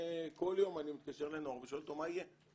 כל יום אני מתקשר לנועם ושואל אותו מה יהיה.